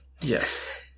Yes